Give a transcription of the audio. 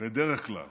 בדרך כלל